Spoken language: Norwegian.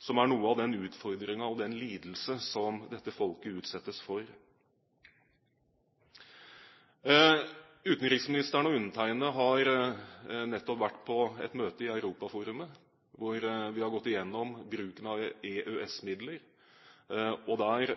som er noe av utfordringen med hensyn til den lidelse som dette folket utsettes for. Utenriksministeren og jeg har nettopp vært på et møte i Europaforum, der vi gikk gjennom bruken av EØS-midler. Der